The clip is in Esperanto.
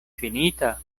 finita